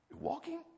Walking